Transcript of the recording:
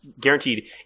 guaranteed